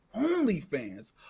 OnlyFans